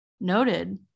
noted